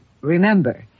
Remember